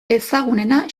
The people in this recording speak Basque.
ezagunena